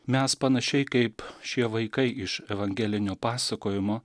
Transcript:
mes panašiai kaip šie vaikai iš evangelinio pasakojimo